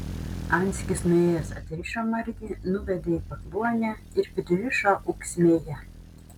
anskis nuėjęs atrišo margį nuvedė į pakluonę ir pririšo ūksmėje